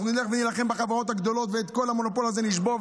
אנחנו נלך ונילחם בחברות הגדולות ואת כל המונופול הזה נשבור.